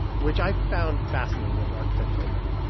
which i found fascinating that an architect told me.